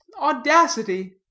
audacity